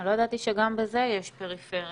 לא ידעתי שגם בזה יש פריפריה.